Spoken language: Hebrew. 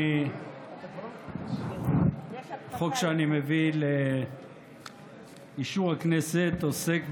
תודה רבה, אדוני היושב-ראש.